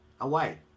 Away